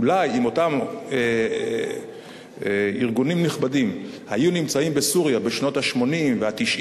אולי אם אותם ארגונים נכבדים היו נמצאים בסוריה בשנות ה-80 וה-90